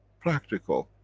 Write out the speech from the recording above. practical.